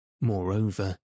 Moreover